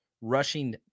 rushing